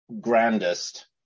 grandest